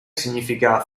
significa